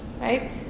right